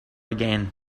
again